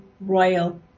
royal